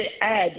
add